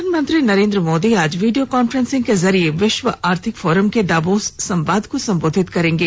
प्रधानमंत्री नरेंद्र मोदी आज video conference के जरिए विश्व आर्थिक फोरम के दवोस संवाद को संबोधित करेंगे